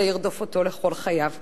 זה ירדוף אותו כל חייו כנראה.